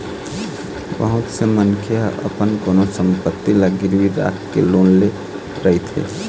बहुत से मनखे ह अपन कोनो संपत्ति ल गिरवी राखके लोन ले रहिथे